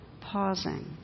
pausing